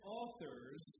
authors